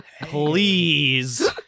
Please